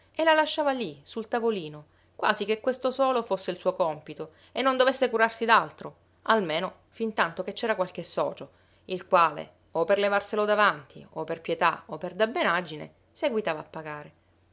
e la lasciava lì sul tavolino quasi che questo solo fosse il suo compito e non dovesse curarsi d'altro almeno fin tanto che c'era qualche socio il quale o per levarselo davanti o per pietà o per dabbenaggine seguitava a pagare